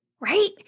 right